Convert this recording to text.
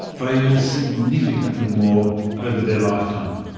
they earn significantly more over their lifetime.